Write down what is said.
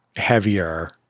heavier